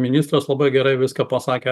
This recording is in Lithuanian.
ministras labai gerai viską pasakė